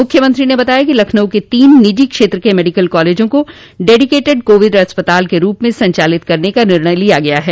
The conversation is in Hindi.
मुख्यमंत्री ने बताया कि लखनऊ के तीन निजी क्षेत्र के मेडिकल कॉलेजों को डेडिकेटेड कोविड अस्पताल के रूप में संचालित करने का निर्णय लिया गया है